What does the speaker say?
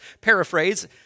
paraphrase